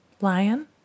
Lion